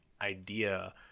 idea